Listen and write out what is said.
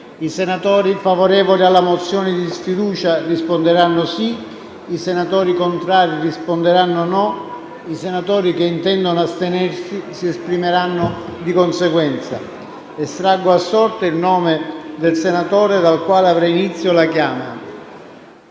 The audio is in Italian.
I senatori favorevoli alla mozione di sfiducia risponderanno sì; i senatori contrari risponderanno no; i senatori che intendono astenersi si esprimeranno di conseguenza. Estraggo ora a sorte il nome del senatore dal quale avrà inizio l'appello